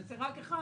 זה רק אחד